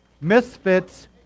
Misfits